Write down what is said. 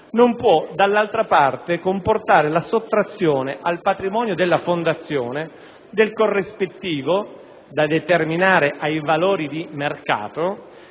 non può, dall'altra parte, comportare la sottrazione al patrimonio della fondazione del corrispettivo, da determinare ai valori di mercato,